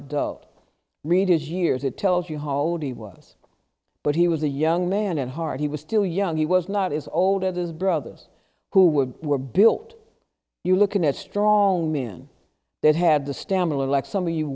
adult readers years it tells you how old he was but he was a young man at heart he was still young he was not as old or those brothers who were were built you looking at strong men that had the stamina like some of you